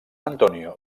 antonio